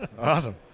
Awesome